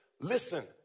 listen